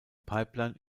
pipeline